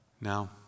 Now